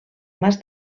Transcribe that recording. mas